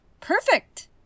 Perfect